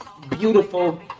Beautiful